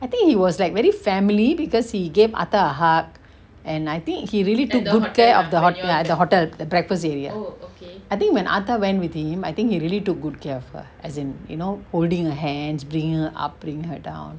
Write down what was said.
I think he was like very family because he gave atha a hug and I think he really took good care of the hotel the hotel the breakfast area I think when atha went with him I think he really took good care of her as in you know holding her hands bringing her up bringing her down